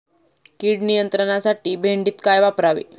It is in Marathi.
कीड नियंत्रणासाठी भेंडीत काय वापरावे?